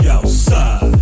outside